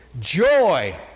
joy